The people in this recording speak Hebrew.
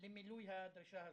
למילוי הדרישה הזאת.